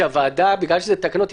בגלל שזה תקנות,